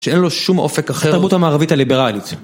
שאין לו שום אופק אחר... התרבות המערבית הליברלית.